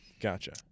Gotcha